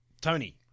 Tony